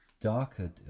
darker